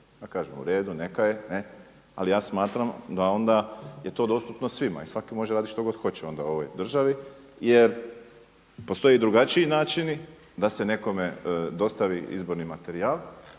uredu neka je ne, ali ja smatram da je to onda dostupno svima i svaki može raditi što god hoće u ovoj državi jer postoji drugačiji način da se nekome dostavi izborni materijal